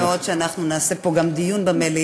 ואני מקווה מאוד שאנחנו נעשה פה גם דיון במליאה,